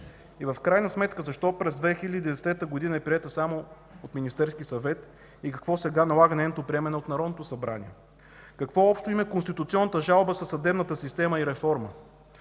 И в крайна сметка, защо през 2010 г. е приета само от Министерския съвет и какво сега налага нейното приемане от Народното събрание? Какво общо има конституционната жалба със съдебната система и реформа?